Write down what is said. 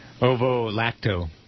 Ovo-lacto